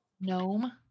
Gnome